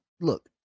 look